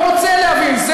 לא רוצה להבין,